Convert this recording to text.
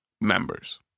members